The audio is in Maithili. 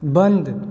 बन्द